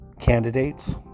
candidates